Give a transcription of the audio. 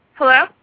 Hello